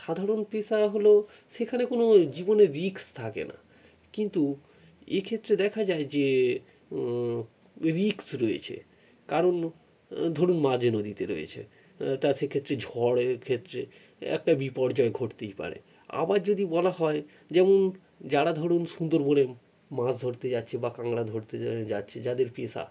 সাধারণ পেশা হলো সেখানে কোনো জীবনে রিস্ক থাকে না কিন্তু এ ক্ষেত্রে দেখা যায় যে রিস্ক রয়েছে কারণ ধরুন মাঝ নদীতে রয়েছে তা সে ক্ষেত্রে ঝড়ের ক্ষেত্রে একটা বিপর্যয় ঘটতেই পারে আবার যদি বলা হয় যেমন যারা ধরুন সুন্দরবনে মাছ ধরতে যাচ্ছে বা কাঁকড়া ধরতে যারা যাচ্ছে যাদের পেশা